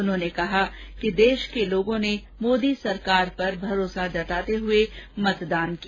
उन्होंने कहा कि देश के लोगों ने मोदी सरकार पर भरोसा जताते हुए मतदान किया